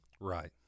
right